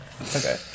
Okay